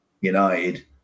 united